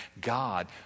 god